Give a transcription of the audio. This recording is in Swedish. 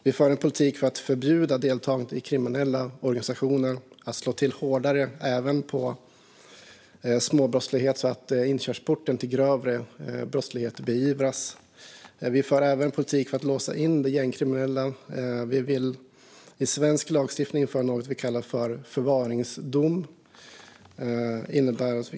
Vi för också en politik för att förbjuda deltagande i kriminella organisationer och för att slå till hårdare även mot småbrottslighet så att inkörsporten till grov brottslighet beivras. Vi för en politik för att låsa in de gängkriminella. Vi vill i svensk lagstiftning införa något som vi kallar förvaringsdom.